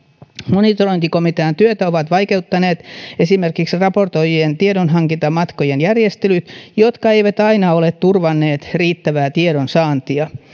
monitorointikomitean työtä ovat vaikeuttaneet esimerkiksi raportoijien tiedonhankintamatkojen järjestelyt jotka eivät aina ole turvanneet riittävää tiedonsaantia